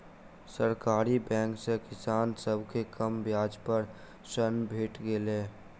सरकारी बैंक सॅ किसान सभ के कम ब्याज पर ऋण भेट गेलै